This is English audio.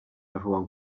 everyone